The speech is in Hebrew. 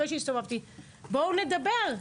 אחרי שהסתובבתי בואו נדבר.